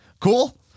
cool